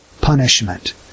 punishment